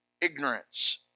ignorance